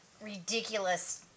ridiculous